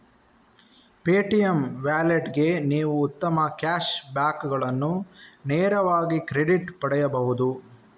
Paytm ವ್ಯಾಲೆಟ್ಗೆ ನೀವು ಉತ್ತಮ ಕ್ಯಾಶ್ ಬ್ಯಾಕುಗಳನ್ನು ನೇರವಾಗಿ ಕ್ರೆಡಿಟ್ ಪಡೆಯಬಹುದು